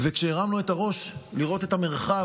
כשהרמנו את הראש לראות את המרחב,